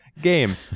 game